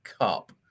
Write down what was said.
cup